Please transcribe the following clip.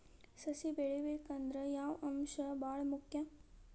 ಸಸಿ ಬೆಳಿಬೇಕಂದ್ರ ಯಾವ ಅಂಶ ಭಾಳ ಮುಖ್ಯ?